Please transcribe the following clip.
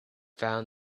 found